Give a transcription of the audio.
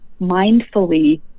mindfully